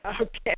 Okay